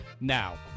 now